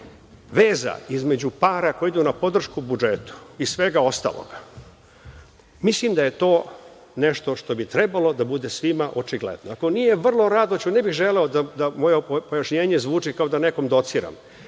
veza između para koje idu na podršku budžetu i svega ostalog, mislim da je to nešto što je trebalo svima da bude očigledno. Ne bih želeo da moje pojašnjenje zvuči kao da nekom dociram,